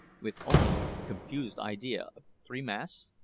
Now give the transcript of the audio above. with only a confused idea of three masts,